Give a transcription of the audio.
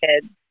kids